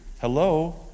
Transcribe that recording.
hello